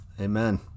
Amen